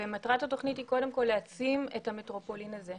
מטרת התכנית היא קודם כל להעצים את המטרופולין הזה.